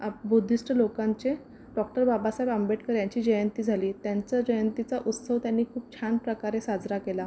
आप बुद्धिस्ट लोकांचे डॉक्टर बाबासाहेब आंबेडकर यांची जयंती झाली त्यांचा जयंतीचा उत्सव त्यांनी खूप छान प्रकारे साजरा केला